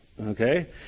Okay